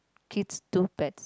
kids to pets